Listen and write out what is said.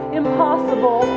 impossible